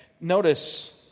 notice